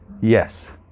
yes